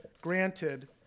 granted